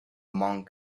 monk